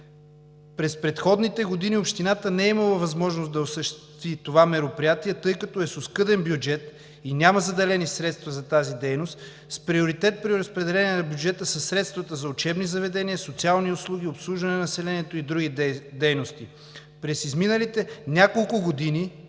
През предходните години общината не е имала възможност да осъществи това мероприятие, тъй като е с оскъден бюджет и няма заделени средства за тази дейност. С приоритетно разпределение на бюджета са средствата за учебни заведения, социални услуги, обслужване на населението и други дейности. През изминалите няколко години